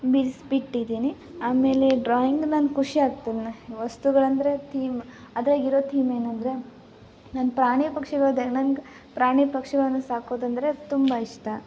ಬಿಡ್ಸಿ ಬಿಟ್ಟಿದ್ದೀನಿ ಆಮೇಲೆ ಡ್ರಾಯಿಂಗ್ ನನ್ನ ಖುಷಿ ಆಗ್ತದೆ ನ ವಸ್ತುಗಳು ಅಂದರೆ ತೀಮ್ ಅದರಾಗಿರೋ ಥೀಮ್ ಏನಂದರೆ ನಾನು ಪ್ರಾಣಿ ಪಕ್ಷಿಗಳದ್ದೆ ನಂಗೆ ಪ್ರಾಣಿ ಪಕ್ಷಿಗಳನ್ನು ಸಾಕೋದು ಅಂದರೆ ತುಂಬ ಇಷ್ಟ